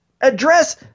address